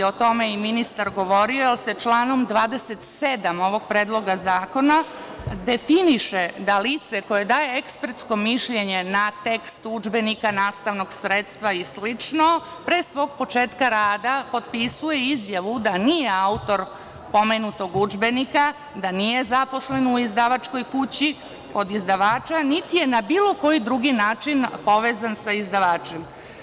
O tome je i ministar govorio, jer se članom 27. ovog Predloga zakona definiše da lice koje daje ekspertsko mišljenje na tekst udžbenika nastavnog sredstva i slično, pre svog početka rada potpisuje izjavu da nije autor pomenutog udžbenika, da nije zaposlen u izdavačkoj kući, kod izdavača, niti je na bilo koji drugi način povezan sa izdavačem.